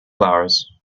flowers